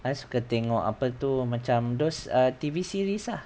I suka tengok apa tu macam those err T_V series ah